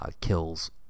kills